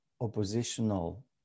oppositional